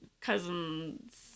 cousins